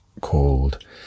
called